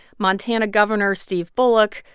montana governor steve bullock,